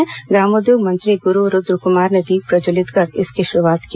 ग्रामोद्योग मंत्री गुरू रूद्रकुमार ने दीप प्रज्जवलित कर इसकी शुरूआत की